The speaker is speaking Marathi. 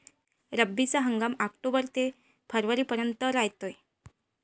रब्बीचा हंगाम आक्टोबर ते फरवरीपर्यंत रायते